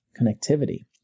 connectivity